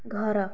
ଘର